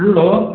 hello